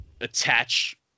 attach